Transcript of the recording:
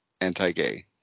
anti-gay